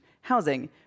housing